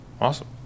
Awesome